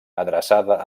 adreçada